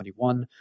2021